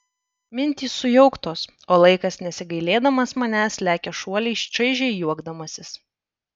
mintys sujauktos o laikas nesigailėdamas manęs lekia šuoliais čaižiai juokdamasis